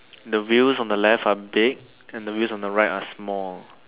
the wheels on the left are big and the wheels on the right are small